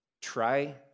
try